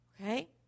Okay